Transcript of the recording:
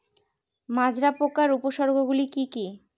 মাজরা পোকার উপসর্গগুলি কি কি?